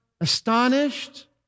astonished